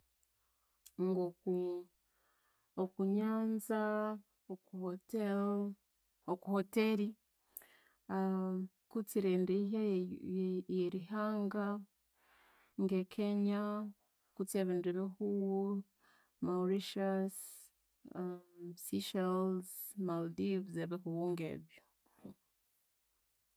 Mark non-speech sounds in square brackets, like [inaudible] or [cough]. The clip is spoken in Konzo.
Ngoku okunyanza, okuhotelu okuhoteri [hesitation] kutsi erighenda eyihya yerihanga, nge Kenya, kutse ebindi bihugho Mouritious, [hesitation] Sychiles, Maldives, ebihugho ngebyo